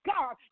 God